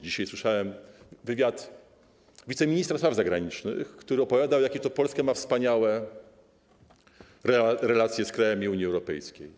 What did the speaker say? Dzisiaj słyszałem wywiad wiceministra spraw zagranicznych, który opowiadał, jakie to Polska ma wspaniałe relacje z krajami Unii Europejskiej.